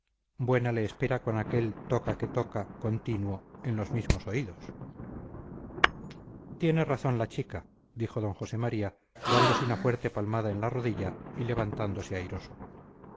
buena le espera con aquel toca que toca continuo en los mismos oídos tiene razón la chica dijo d josé maría dándose una fuerte palmada en la rodilla y levantándose airoso